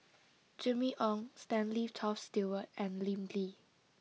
Jimmy Ong Stanley Toft Stewart and Lim Lee